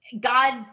God